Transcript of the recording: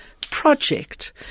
project